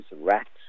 rats